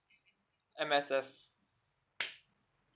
M_S_F